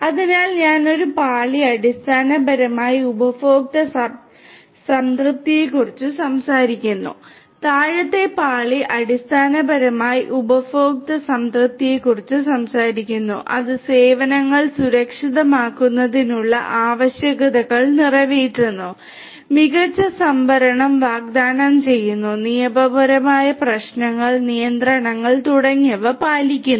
അതിനാൽ ഒരു പാളി അടിസ്ഥാനപരമായി ഉപഭോക്തൃ സംതൃപ്തിയെക്കുറിച്ച് സംസാരിക്കുന്നു താഴത്തെ പാളി അടിസ്ഥാനപരമായി ഉപഭോക്തൃ സംതൃപ്തിയെക്കുറിച്ച് സംസാരിക്കുന്നു അത് സേവനങ്ങൾ സുരക്ഷിതമാക്കുന്നതിനുള്ള ആവശ്യകതകൾ നിറവേറ്റുന്നു മികച്ച സംഭരണം വാഗ്ദാനം ചെയ്യുന്നു നിയമപരമായ പ്രശ്നങ്ങൾ നിയന്ത്രണങ്ങൾ തുടങ്ങിയവ പാലിക്കുന്നു